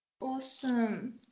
Awesome